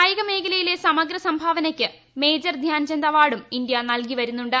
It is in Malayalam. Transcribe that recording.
കായിക മേഖലയിലെ സമഗ്ര സംഭാവനയ്ക്ക് മേജർ ധ്യാൻചന്ദ് അവാർഡും ഇന്ത്യ നൽകി വരുന്നുണ്ട്